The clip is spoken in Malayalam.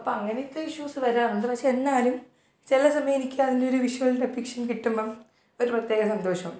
അപ്പോൾ അങ്ങനക്കെ ഇഷ്യൂസ്സ് വരാറുണ്ട് പക്ഷേ എന്നാലും ചില സമയവെനിക്കത്തിന്റെയൊരു വിഷ്വൽ ഡെപ്പിക്ഷൻ കിട്ടുമ്പം ഒരു പ്രത്യേക സന്തോഷമുണ്ട്